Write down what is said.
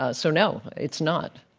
ah so, no, it's not.